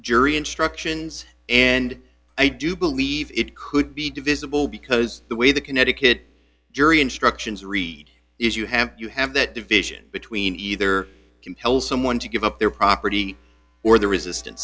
jury instructions and i do believe it could be divisible because the way the connecticut jury instructions read is you have you have that division between either compel someone to give up their property or the resistance